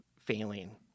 failing